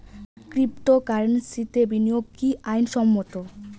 ক্রিপ্টোকারেন্সিতে বিনিয়োগ কি আইন সম্মত?